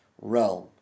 realm